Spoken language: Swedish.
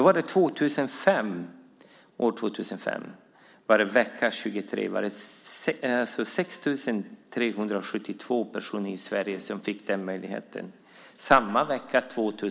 Samma vecka 2007 var det 2 977 personer som fick den möjligheten enligt Ams statistik.